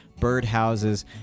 birdhouses